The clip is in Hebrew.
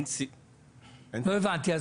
לא הבנתי.